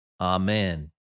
Amen